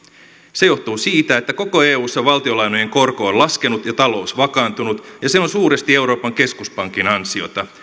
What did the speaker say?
se johtuu siitä että koko eussa valtiolainojen korko on laskenut ja talous vakaantunut ja se on suuresti euroopan keskuspankin ansiota